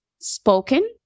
spoken